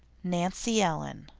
nancy ellen.